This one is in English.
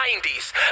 90s